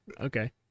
okay